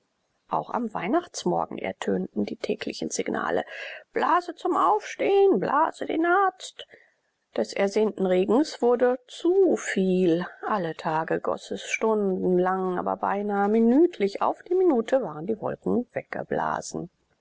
auch am weihnachtsmorgen ertönten die täglichen signale blase zum aufstehen blase den arzt des ersehnten regens wurde zu viel alle tage goß es stundenlang aber beinahe pünktlich auf die minute waren die wolken weggeblasen